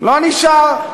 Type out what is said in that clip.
לא נשאר.